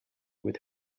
with